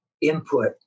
input